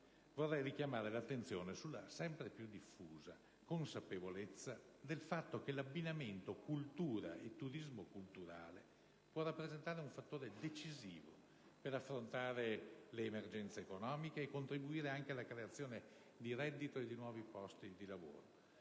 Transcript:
vorrei richiamare l'attenzione sulla sempre più diffusa consapevolezza del fatto che l'abbinamento tra cultura e turismo culturale può rappresentare un fattore decisivo per affrontare le emergenze economiche e contribuire anche alla creazione di reddito e di nuovi posti di lavoro,